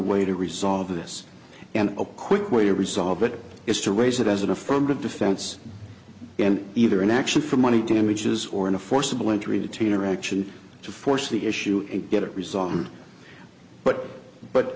way to resolve this and a quick way to resolve it is to raise it as an affirmative defense and either an action for money damages or in a forcible entry between or action to force the issue and get it resolved but but